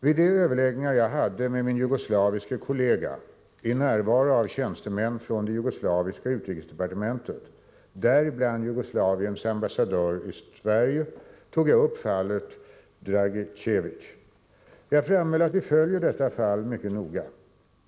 Vid de överläggningar jag hade med min jugoslaviske kollega, i närvaro av tjänstemän från det jugoslaviska utrikesdepartementet, däribland Jugoslaviens ambassadör i Sverige, tog jag upp fallet Dragicevic. Jag framhöll att vi följer detta fall mycket noga.